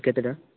କେତେଟା